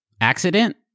Accident